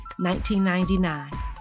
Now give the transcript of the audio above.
1999